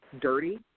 dirty